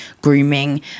grooming